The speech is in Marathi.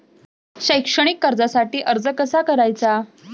शैक्षणिक कर्जासाठी अर्ज कसा करायचा?